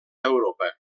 europa